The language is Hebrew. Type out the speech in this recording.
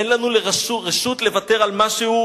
אין לנו רשות לוותר על משהו